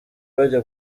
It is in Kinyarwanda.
bajya